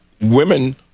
women